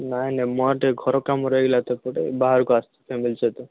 ନାହିଁ ନାହିଁ ମୋର ଟିକେ ଘର କାମ ରହିଗଲା ତ ଏପଟେ ବାହାରକୁ ଆସିଛୁ ଫ୍ୟାମିଲି ସହିତ